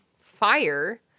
fire